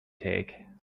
take